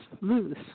loose